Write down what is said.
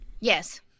Yes